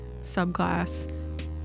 subclass